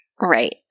Right